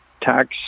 tax